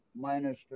minus